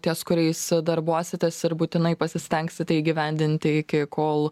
ties kuriais darbuositės ir būtinai pasistengsite įgyvendinti iki kol